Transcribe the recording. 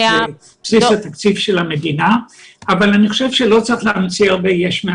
ועל מרכיבים נוספים ואין ספק שלתזונה יש תפקיד